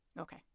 Okay